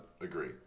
Agree